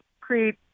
create